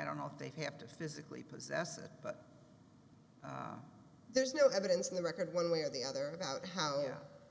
i don't know if they have to physically possess it but there's no evidence in the record one way or the other about how